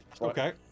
okay